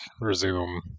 resume